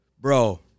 bro